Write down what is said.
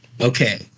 Okay